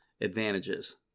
advantages